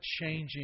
changing